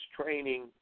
training